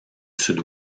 sud